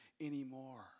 anymore